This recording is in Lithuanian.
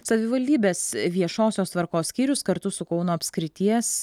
savivaldybės viešosios tvarkos skyrius kartu su kauno apskrities